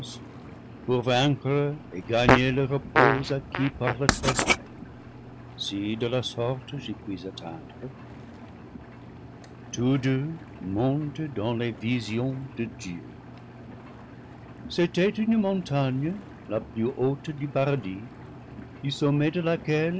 et gagner le repos acquis par le travail si de la sorte j'y puis atteindre tous deux montent dans les visions de dieu c'était une montagne la plus haute du paradis du sommet de laquelle